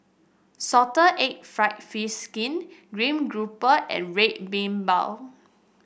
Salted Egg fried fish skin stream grouper and Red Bean Bao